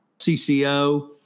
CCO